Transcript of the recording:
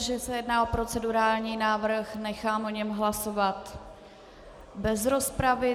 Protože se jedná o procedurální návrh, nechám o něm hlasovat bez rozpravy.